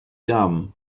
dumb